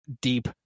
deep